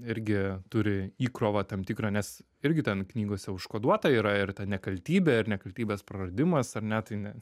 irgi turi įkrovą tam tikrą nes irgi ten knygose užkoduota yra ir ta nekaltybė ir nekaltybės praradimas ar ne tai ne